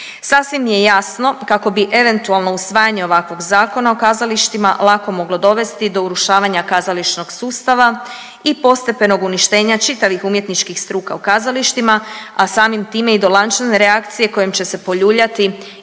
Sasvim je jasno kako bi eventualno usvajanje ovakvog Zakona o kazalištima lako moglo dovesti do urušavanja kazališnog sustava i postepenog uništenja čitavih umjetničkih struka u kazalištima, a samim time i do lančane reakcije kojom će se poljuljati